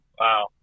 Wow